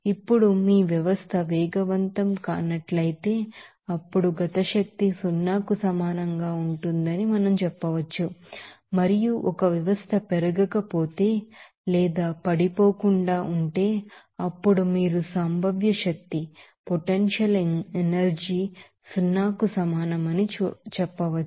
ఇప్పుడు మీ వ్యవస్థ వేగవంతం కానట్లయితే అప్పుడు కైనెటిక్ ఎనెర్జి సున్నాకు సమానంగా ఉంటుందని మనం చెప్పవచ్చు మరియు ఒక వ్యవస్థ పెరగకపోతే లేదా పడిపోకుండా ఉంటే అప్పుడు మీరు పొటెన్షియల్ ఎనెర్జి సున్నాకు సమానమని చూడవచ్చు